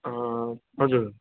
अँ हजुर